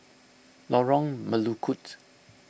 Lorong Melukut